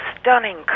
stunning